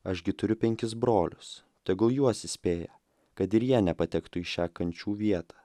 aš gi turiu penkis brolius tegul juos įspėja kad ir jie nepatektų į šią kančių vietą